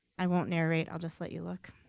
i won't narrate, i'll just let you look.